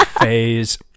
phase